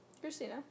Christina